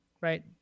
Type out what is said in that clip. right